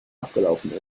abgelaufen